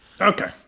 Okay